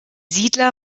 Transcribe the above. siedler